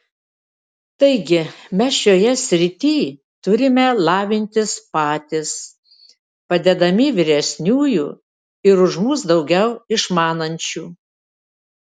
taigi mes šioje srityj turime lavintis patys padedami vyresniųjų ir už mus daugiau išmanančių